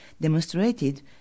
demonstrated